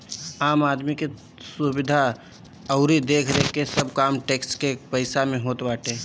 आम आदमी के सुविधा अउरी देखरेख के सब काम टेक्स के पईसा से होत बाटे